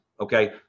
Okay